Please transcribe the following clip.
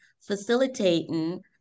facilitating